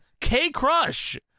K-Crush